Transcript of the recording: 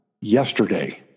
yesterday